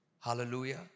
Hallelujah